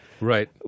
Right